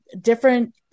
different